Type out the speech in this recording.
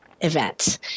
event